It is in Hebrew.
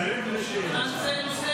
כבוד היושב-ראש,